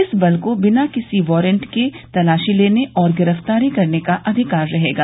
इस बल को बिना किसी वारंट के तलाशी लेने और गिरफ्तारी करने का अधिकार रहेगा